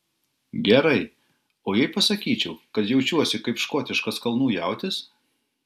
gerai o jei pasakyčiau kad jaučiuosi kaip škotiškas kalnų jautis